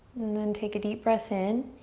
and then take a deep breath in.